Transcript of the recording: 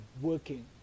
working